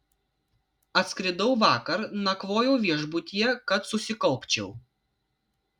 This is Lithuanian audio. atskridau vakar nakvojau viešbutyje kad susikaupčiau